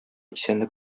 исәнлек